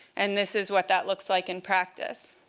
and this is what that looks like in practice.